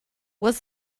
was